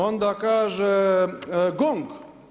Onda kaže GONG.